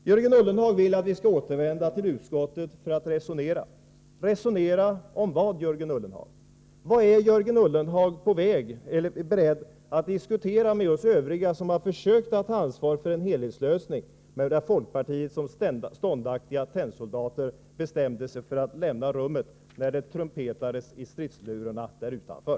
Jörgen Ullenhag vill att vi skall återvända till utskottet för att resonera. Resonera om vad, Jörgen Ullenhag? Vad är Jörgen Ullenhag beredd att diskutera med oss övriga, som har försökt att ta ansvar för en helhetslösning, medan folkpartisterna som ståndaktiga tennsoldater bestämde sig för att lämna rummet, när det blåstes i stridslurarna där utanför.